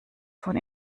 von